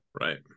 right